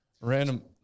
Random